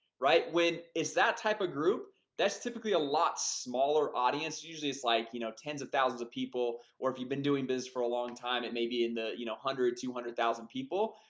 right when it's that type of group that's typically a lot smaller audience usually it's like, you know tens of thousands of people or if you've been doing business for a long time it may be in the you know hundred two hundred thousand people,